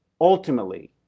ultimately